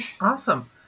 awesome